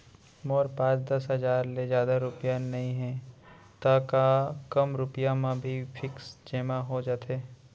मोर पास दस हजार ले जादा रुपिया नइहे त का कम रुपिया म भी फिक्स जेमा हो जाथे?